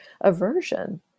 aversion